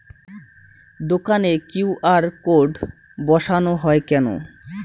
দোকানে QR code বসানো হয় কেন?